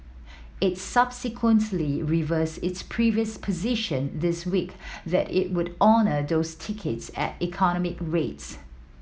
it subsequently reversed its previous position this week that it would honour those tickets at economy rates